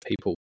people